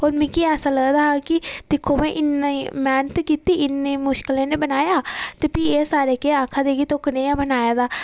होर मिगी ऐसा लगदा हा की दिक्खो भाई इ'न्नी मेह्नत कीती इ'न्नी मुश्कलें नै बनाया प्ही एह् सारे केह् आक्खा दे कि तोह् कनेहा बनाए दा